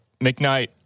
mcknight